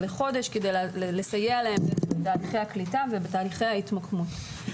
לחודש כדי לסייע להם בהליכי הקליטה ובתהליכי ההתמקמות.